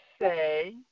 say